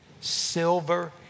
silver